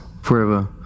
forever